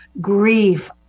grief